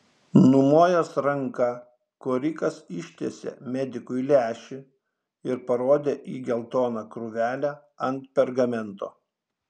numojęs ranka korikas ištiesė medikui lęšį ir parodė į geltoną krūvelę ant pergamento